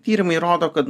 tyrimai rodo kad